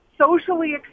socially